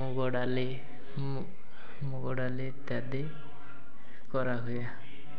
ମୁଗ ଡାଲି ମୁଗ ଡାଲି ଇତ୍ୟାଦି କରାହୁଏ